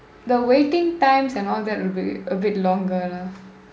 the waiting times and all that would be a bit longer lah